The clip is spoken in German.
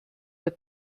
der